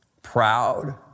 Proud